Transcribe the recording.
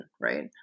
right